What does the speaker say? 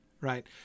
Right